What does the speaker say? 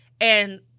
And-